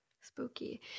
Spooky